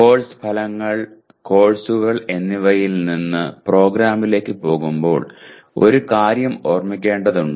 course ഫലങ്ങൾ കോഴ്സുകൾ എന്നിവയിൽ നിന്ന് പ്രോഗ്രാമിലേക്ക് പോകുമ്പോൾ ഒരു കാര്യം ഓർമ്മിക്കേണ്ടതുണ്ട്